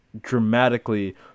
dramatically